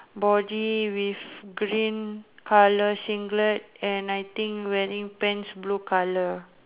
body with green colour singlet and I think wearing pants blue colour